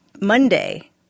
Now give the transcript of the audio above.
Monday